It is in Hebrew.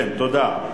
כן, תודה.